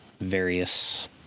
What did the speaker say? various